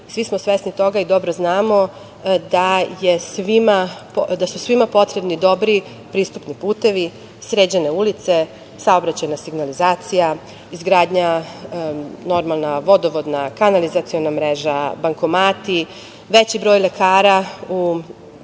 Svi smo svesni toga i dobro znamo da su svima potrebni dobri pristupni putevi, sređene ulice, saobraćajna signalizacija, vodovodna, kanalizaciona mreža, bankomati, veći broj lekara u